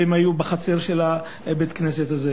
והם היו בחצר של בית-הכנסת הזה.